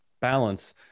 balance